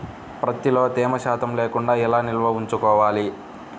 ప్రత్తిలో తేమ శాతం లేకుండా ఎలా నిల్వ ఉంచుకోవాలి?